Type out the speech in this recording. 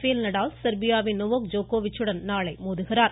பேல் நடால் செர்பியாவின் நொவோக் ஜோக்கோவிச்சுடன் நாளை மோத உள்ளார்